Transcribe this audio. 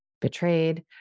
betrayed